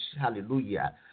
hallelujah